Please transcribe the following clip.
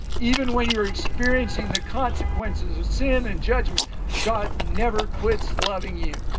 even when you're experiencing the consequences of sin and judgment god never quits loving you.